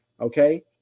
okay